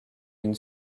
une